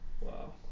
Wow